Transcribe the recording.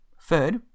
Third